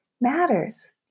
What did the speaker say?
matters